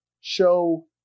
show